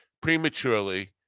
prematurely